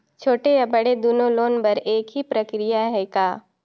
छोटे या बड़े दुनो लोन बर एक ही प्रक्रिया है का?